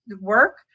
work